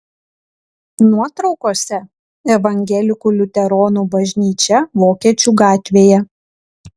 nuotraukose evangelikų liuteronų bažnyčia vokiečių gatvėje